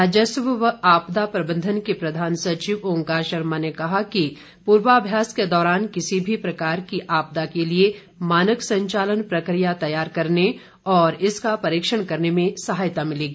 राजस्व व आपदा प्रबंधन के प्रधान सचिव ओंकार शर्मा ने कहा कि पूर्वाभ्यास के दौरान किसी भी प्रकार की आपदा के लिए मानक संचालन प्रकिया तैयार करने और इसका परीक्षण करने में सहायता मिलेगी